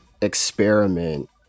experiment